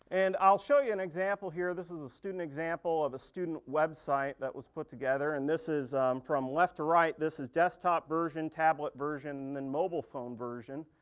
and i'll show you an example here, this is a student example of a student website that was put together. and this is from left to right, this is desktop version, tablet version, and then mobile phone version.